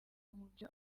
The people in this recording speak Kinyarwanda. mubyo